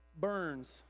burns